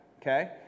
okay